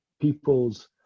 people's